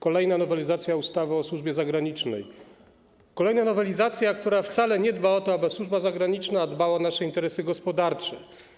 Kolejna nowelizacja ustawy o służbie zagranicznej to kolejna nowelizacja, która wcale nie dba o to, aby służba zagraniczna dbała do nasze interesy gospodarcze.